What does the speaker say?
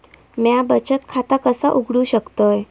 म्या बचत खाता कसा उघडू शकतय?